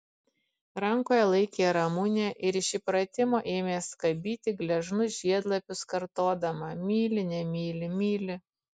rankoje laikė ramunę ir iš įpratimo ėmė skabyti gležnus žiedlapius kartodama myli nemyli myli